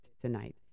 tonight